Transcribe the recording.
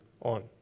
on